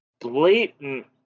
blatant